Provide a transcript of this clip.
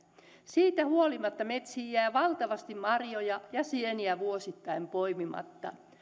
siitä huolimatta metsiin jää valtavasti marjoja ja sieniä vuosittain poimimatta